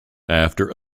after